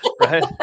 right